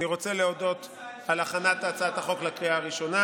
אני רוצה להודות על הכנת הצעת החוק לקריאה ראשונה,